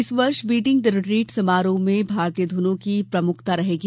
इस वर्ष beating the retreat समारोह में भारतीय धुनों की प्रमुखता रहेगी